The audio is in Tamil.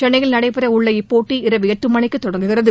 சென்னையில் நடைபெற உள்ள இப்போட்டி இரவு எட்டு மணிக்கு தொடங்குகிறது